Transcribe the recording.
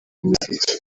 umuziki